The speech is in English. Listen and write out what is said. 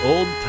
Old